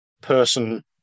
person